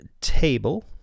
table